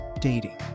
dating